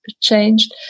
changed